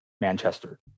Manchester